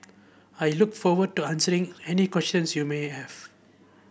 I look forward to answering any questions you may have